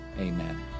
amen